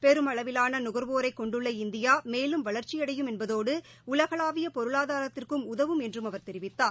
பெருமளவிலான நகர்வோரை கொண்டுள்ள இந்தியா மேலும் வளர்ச்சியடையும் என்பதோடு உலகளாவிய பொருளாதாரத்திற்கும் உதவும் உதவும் என்று அவர் தெரிவித்தார்